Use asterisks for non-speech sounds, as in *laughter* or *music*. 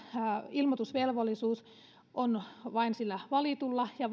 ilmoitusvelvollisuus eduskuntavaaleissa on vain sillä valitulla ja *unintelligible*